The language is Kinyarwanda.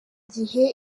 gihe